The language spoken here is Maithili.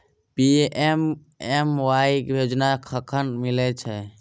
पी.एम.के.एम.वाई योजना कखन मिलय छै?